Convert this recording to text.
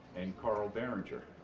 and carl berenger,